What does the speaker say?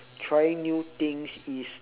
trying new things is